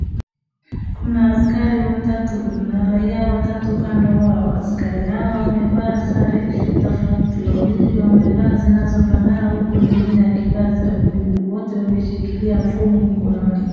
Kuna askari watatu na raia watatu kando wao. Askari hao wamevaa sare tofauti, wawili wamevaa zinazofanana huku mwingine akivaa za buluu. Wote wameshikilia fomu mkononi.